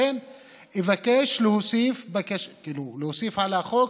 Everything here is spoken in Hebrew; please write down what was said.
לכן אבקש להוסיף על החוק,